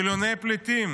מיליוני פליטים